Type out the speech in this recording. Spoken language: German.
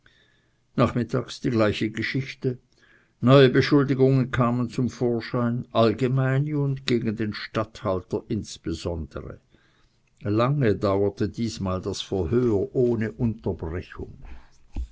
nachmittags die gleiche geschichte neue beschuldigungen kamen zum vorschein allgemeine und gegen den statthalter insbesondere lange dauerte diesmal das verhör ohne unterbrechung